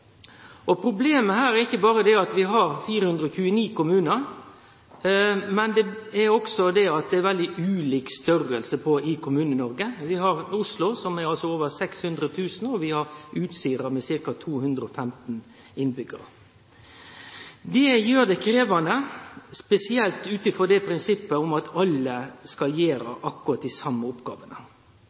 Problemet her er ikkje berre at vi har 429 kommunar, men at det er veldig ulike størrelsar i Kommune-Noreg. Vi har Oslo med over 600 000 innbyggjarar, og vi har Utsira med ca. 215. Dette gjer det krevjande, spesielt ut frå prinsippet om at alle skal gjere akkurat dei same oppgåvene.